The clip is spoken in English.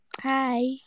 Hi